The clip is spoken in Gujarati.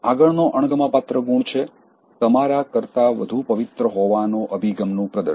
આગળનો અણગમા પાત્ર ગુણ છે તમારા કરતાં વધુ પવિત્ર હોવાના અભિગમ નું પ્રદર્શન